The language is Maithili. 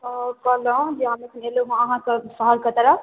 अऽ कहलहुँ जे हम एखन एलहुँ हँ अहाँकऽ शहर कऽ तरफ